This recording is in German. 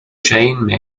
jane